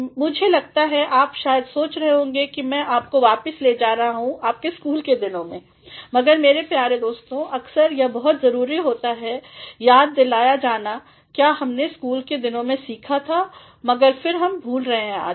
मुझे लगता है आप शायद सोच रहे होंगे कि मै आपको वापिस ले जा रहा हूँ आपके स्कूल के दिनों में मगर मेरे प्रिय दोस्तों अक्सर यह बहुत जरूरी होता है याद दिलाया जाना क्या हमने स्कूल के दिनों में सीखा था मगर फिर हम भूल रहे हैं आजकल